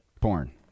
Porn